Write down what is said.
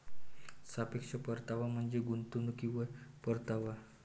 सापेक्ष परतावा म्हणजे गुंतवणुकीवर परतावा